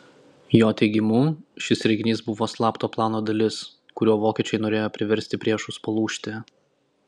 jo teigimu šis reginys buvo slapto plano dalis kuriuo vokiečiai norėjo priversti priešus palūžti